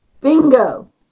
Bingo